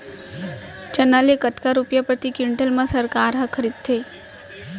चना ल कतका रुपिया प्रति क्विंटल म सरकार ह खरीदथे?